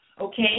okay